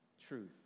truth